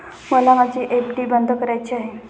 मला माझी एफ.डी बंद करायची आहे